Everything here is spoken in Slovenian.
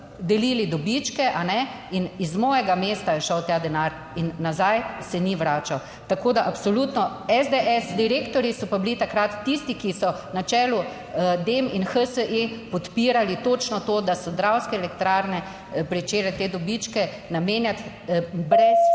delili dobičke in iz mojega mesta je šel ta denar in nazaj se ni vračal. Tako da absolutno SDS direktorji so pa bili takrat tisti, ki so na čelu DEM in HSE podpirali točno to, da so Dravske elektrarne pričele te dobičke namenjati brez